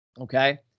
Okay